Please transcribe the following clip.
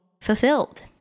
fulfilled